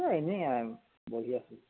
এই এনেই আৰু বহি আছোঁ